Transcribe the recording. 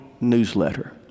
newsletter